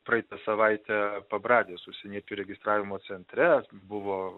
praeitą savaitę pabradės užsieniečių registravimo centre buvo